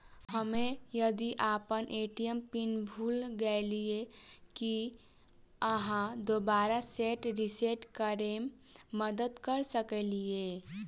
हम्मे यदि अप्पन ए.टी.एम पिन भूल गेलियै, की अहाँ दोबारा सेट रिसेट करैमे मदद करऽ सकलिये?